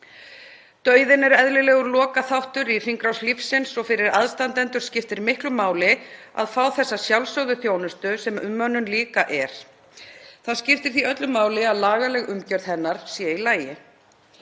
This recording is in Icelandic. Dauðinn er eðlilegur lokaþáttur í hringrás lífsins og fyrir aðstandendur skiptir miklu máli að fá þessa sjálfsögðu þjónustu sem umönnun líka er. Það skiptir því öllu máli að lagaleg umgjörð hennar sé í lagi.